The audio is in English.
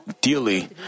dearly